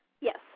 Yes